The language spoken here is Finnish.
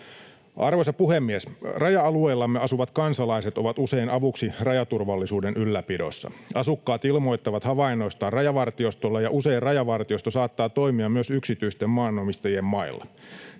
Arvoisa puhemies! Raja-alueellamme asuvat kansalaiset ovat usein avuksi rajaturvallisuuden ylläpidossa. Asukkaat ilmoittavat havainnoistaan Rajavartiostolle, ja usein Rajavartiosto saattaa toimia myös yksityisten maanomistajien mailla.